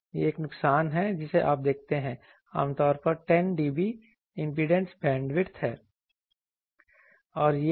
यह एक नुकसान है जिसे आप देखते हैं आमतौर पर 10 dB इंपीडेंस बैंडविड्थ है